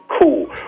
cool